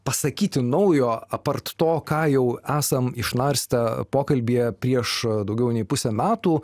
pasakyti naujo apart to ką jau esam išnarstę pokalbyje prieš daugiau nei pusę metų